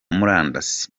murandasi